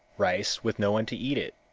rice with no one to eat it,